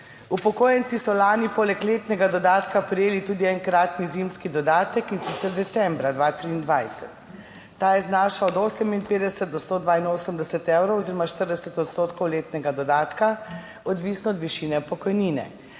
Upokojenci so lani poleg letnega dodatka prejeli tudi enkratni zimski dodatek, in sicer decembra 2023. Ta znaša od 58 do 182 evrov oziroma 40 odstotkov letnega dodatka, odvisno od višine pokojnine.